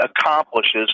accomplishes